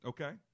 Okay